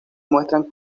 muestran